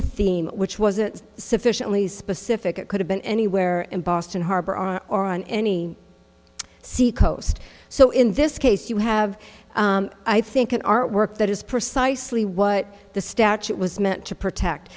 theme which was a sufficiently specific it could have been anywhere in boston harbor on or on any sea coast so in this case you have i think an artwork that is precisely what the statute was meant to protect